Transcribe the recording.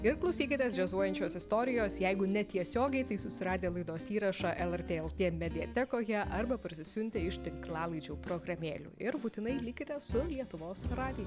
ir klausykitės džiazuojančios istorijos jeigu netiesiogiai tai susiradę laidos įrašą lrt lt mediatekoje arba parsisiuntę iš tinklalaidžių programėlių ir būtinai likite su lietuvos radiju